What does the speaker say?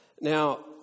Now